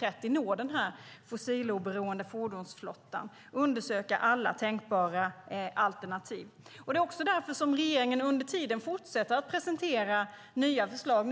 att nå den här fossiloberoende fordonsflottan till 2030. De ska undersöka alla tänkbara alternativ. Det är också därför som regeringen under tiden fortsätter att presentera nya förslag.